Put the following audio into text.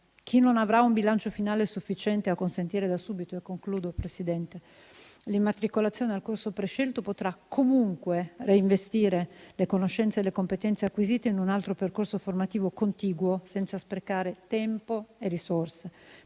Chi non avrà un bilancio finale sufficiente a consentire da subito l'immatricolazione al corso prescelto potrà comunque reinvestire le conoscenze e le competenze acquisite in un altro percorso formativo contiguo, senza sprecare tempo e risorse.